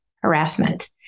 harassment